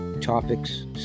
topics